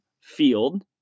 field